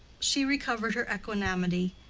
she recovered her equanimity,